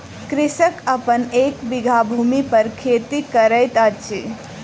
कृषक अपन एक बीघा भूमि पर खेती करैत अछि